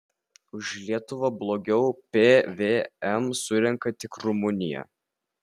už lietuvą blogiau pvm surenka tik rumunija